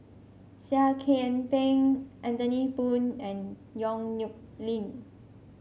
Seah Kian Peng Anthony Poon and Yong Nyuk Lin